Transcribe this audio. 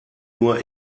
nur